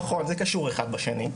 נכון, זה קשור אחד בשני.